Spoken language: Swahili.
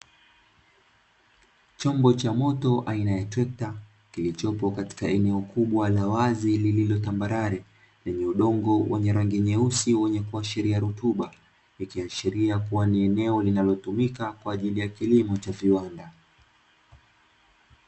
Chombo cha moto aina yake trekta kilichopo katika eneo kubwa la wazi lililo tambarare lenye udongo wa rangi nyeusi wenye kuashiria rutuba, ikiashiria kuwa ni eneo linalotumika kwa ajili ya kilimo cha viwanda.